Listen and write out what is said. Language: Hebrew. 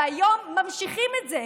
והיום ממשיכים את זה.